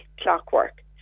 clockwork